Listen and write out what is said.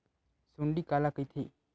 सुंडी काला कइथे?